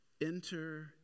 enter